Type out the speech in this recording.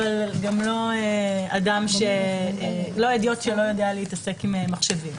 אבל גם לא הדיוט שלא יודע להתעסק עם מחשבים.